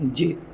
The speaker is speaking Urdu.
جی